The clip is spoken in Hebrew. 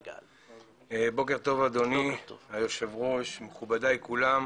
בוקר טוב, אדוני היושב-ראש, מכובדיי כולם.